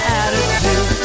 attitude